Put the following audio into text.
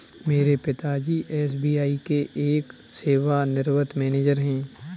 मेरे पिता जी एस.बी.आई के एक सेवानिवृत मैनेजर है